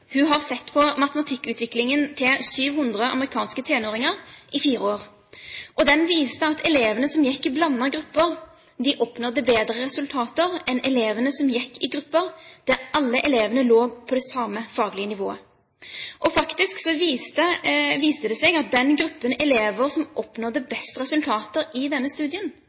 Hun har i fire år sett på matematikkutviklingen til 700 amerikanske tenåringer. Den viste at elevene som gikk i blandede grupper, oppnådde bedre resultater enn elevene som gikk i grupper der alle elevene lå på det samme faglige nivået. Faktisk viste det seg at den gruppen elever som oppnådde best resultater i denne studien,